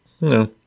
No